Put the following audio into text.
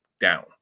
down